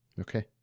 Okay